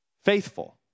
faithful